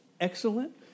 excellent